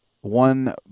one